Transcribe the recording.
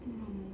no